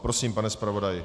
Prosím, pane zpravodaji.